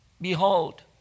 Behold